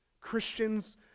Christians